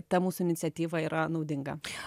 ta mūsų iniciatyva yra naudinga